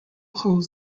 holds